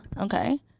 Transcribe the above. Okay